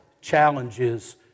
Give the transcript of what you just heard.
challenges